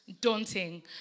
daunting